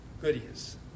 goodies